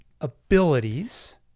abilities